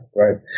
right